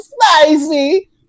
spicy